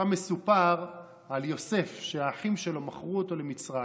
ושם מסופר על יוסף, שהאחים שלו מכרו אותו למצרים.